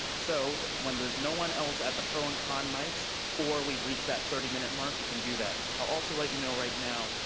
so when there's no one else at the pro and con mics or we've reached that thirty minute mark, you can do that. i'll also let you know right now,